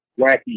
wacky